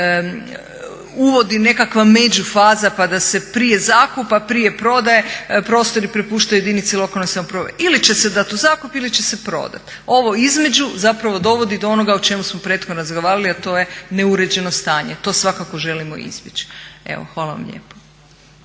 uvodi nekakav međufaza pa da se prije zakupa, prije prodaje prostori prepuštaju jedinici lokalne samouprave. Ili će se dati u zakup ili će se prodat. Ovo između zapravo dovodi do onoga o čemu smo prethodno razgovarali a to je neuređeno stanje. To svakako želimo izbjeći. Evo hvala vam lijepo.